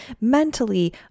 mentally